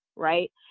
right